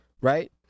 right